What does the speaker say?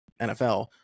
nfl